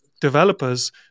Developers